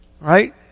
Right